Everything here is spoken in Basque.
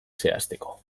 zehazteko